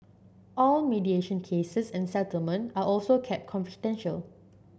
all mediation cases and settlement are also kept confidential